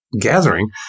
gathering